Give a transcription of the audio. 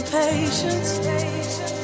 patience